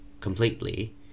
completely